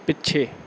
ਪਿੱਛੇ